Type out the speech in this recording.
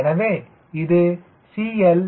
எனவே இது CL 0